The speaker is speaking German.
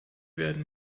werden